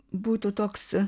būtų toks